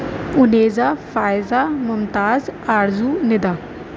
Unaiza Faiza Mumtaz Arzoo Nida